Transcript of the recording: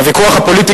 הוויכוח הפוליטי,